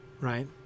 Right